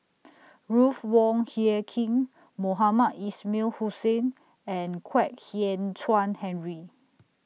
Ruth Wong Hie King Mohamed Ismail Hussain and Kwek Hian Chuan Henry